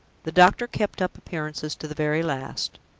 the doctor kept up appearances to the very last.